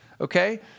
Okay